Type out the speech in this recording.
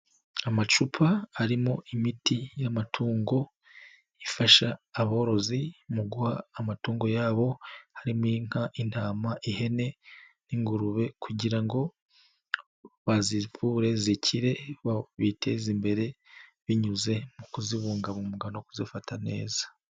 Amacupa arimo imiti y'amatungo ifasha aborozi mu guha amatungo yabo, harimo inka, intama, ihene n'ingurube kugira ngo bazivure zikire biteze imbere binyuze mu kuzibungabunga no kuzifata neza.